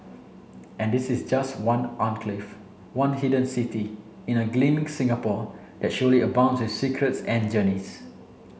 and this is just one enclave one hidden city in a gleaming Singapore that surely abounds with secrets and journeys